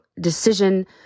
decision